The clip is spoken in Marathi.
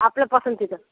आपल्या पसंतीचं